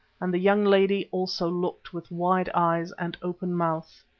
and the young lady also looked with wide eyes and open mouth.